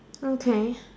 okay